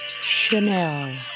Chanel